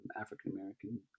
African-American